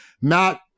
Matt